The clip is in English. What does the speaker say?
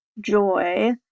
joy